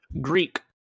Greek